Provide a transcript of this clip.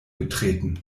getreten